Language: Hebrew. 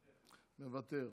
מוותר,